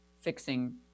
fixing